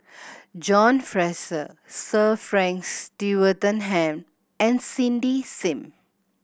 John Fraser Sir Frank Swettenham and Cindy Sim